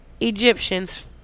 Egyptians